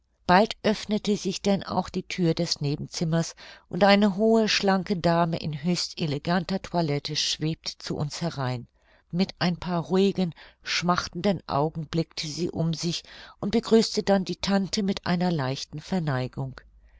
bald öffnete sich denn auch die thür des nebenzimmers und eine hohe schlanke dame in höchst eleganter toilette schwebte zu uns herein mit ein paar ruhigen schmachtenden augen blickte sie um sich und begrüßte dann die tante mit einer leichten verneigung